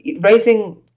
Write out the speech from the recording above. Raising